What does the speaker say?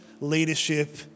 leadership